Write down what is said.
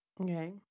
Okay